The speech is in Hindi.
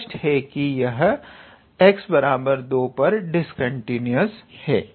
स्पष्ट है कि यह x 2 पर डिस्कंटीन्यूअस फंक्शन है